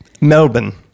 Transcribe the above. Melbourne